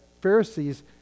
Pharisees